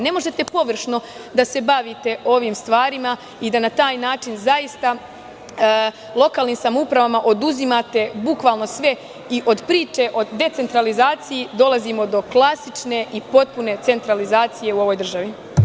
Ne možete površno da se bavite ovim stvarima i da na taj način lokalnim samoupravama oduzimate bukvalno sve i od priče o decentralizaciji dolazimo do klasične i potpune centralizacije u ovoj državi.